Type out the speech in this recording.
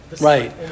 Right